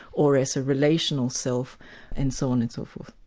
or as a relational self and so on and so forth.